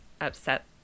upset